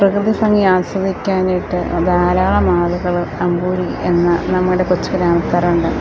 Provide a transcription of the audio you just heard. പ്രകൃതി ഭംഗി ആസ്വദിക്കാനായിട്ട് ധാരാളമാളുകൾ അമ്പൂരി എന്ന നമ്മുടെ കൊച്ചു ഗ്രാമ